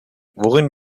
worin